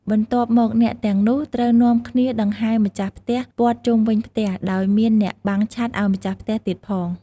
បន្ទាប់មកអ្នកទាំងនោះ ត្រូវនាំគ្នាដង្ហែម្ចាស់ផ្ទះព័ទ្ធជុំវិញផ្ទះ ដោយមានអ្នកបាំងឆ័ត្រឱ្យម្ចាស់ផ្ទះទៀតផង។